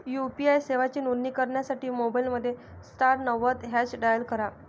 UPI सेवांची नोंदणी करण्यासाठी मोबाईलमध्ये स्टार नव्वद हॅच डायल करा